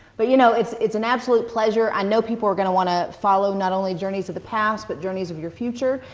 but you know, it's it's an absolute pleasure. i know people are going to want to follow not only journeys of the past, but journeys of your future.